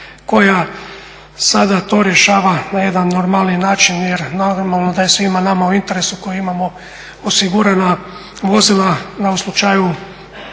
koja sada to rješava na jedan normalniji način jer normalno da je svima nama u interesu koji imamo osigurana vozila da u slučaju